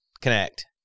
connect